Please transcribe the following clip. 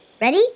Ready